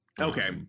Okay